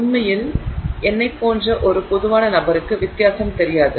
உண்மையில் என்னைப் போன்ற ஒரு பொதுவான நபருக்கு வித்தியாசம் தெரியாது